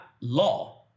law